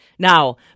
Now